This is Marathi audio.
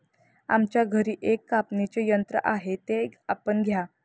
आमच्या घरी एक कापणीचे यंत्र आहे ते आपण घ्या